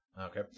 Okay